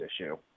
issue